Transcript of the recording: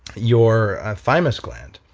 your thymus gland.